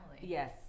yes